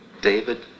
David